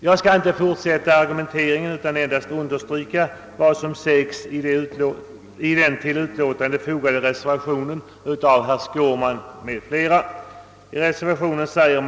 Jag skall inte fortsätta min argumentering utan vill nu bara understryka vad som sägs i den till utlåtandet fogade reservationen i den här frågan av herr Skårman m.fl.